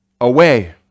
away